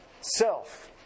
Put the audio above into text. Self